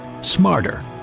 smarter